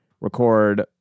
record